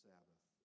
Sabbath